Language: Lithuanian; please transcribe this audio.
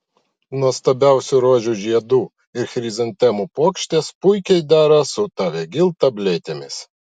nuostabiausių rožių žiedų ir chrizantemų puokštės puikiai dera su tavegyl tabletėmis